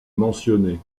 mentionné